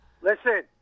Listen